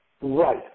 Right